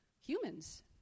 humans